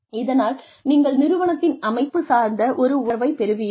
இதனால் நீங்கள் நிறுவனத்தின் அமைப்பு சார்ந்த ஒரு உணர்வைப் பெறுவீர்கள்